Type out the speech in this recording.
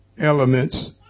elements